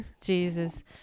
jesus